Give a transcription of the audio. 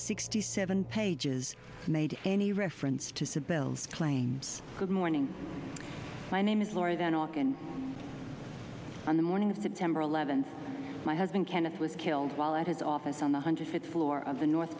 sixty seven pages made any reference to sybil's claims good morning my name is laura then off and on the morning of september eleventh my husband kenneth was killed while at his office on the hundred fifth floor of the north